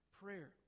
prayer